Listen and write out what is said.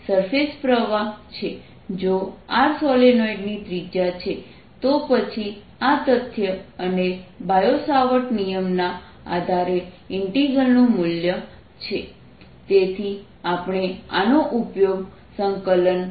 જો R સોલેનોઇડની ત્રિજ્યા છે તો પછી આ તથ્ય અને બાયો સાવર્ટ નિયમના આધારે ઇન્ટિગ્રલ નું મૂલ્ય છે